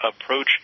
approach